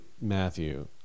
Matthew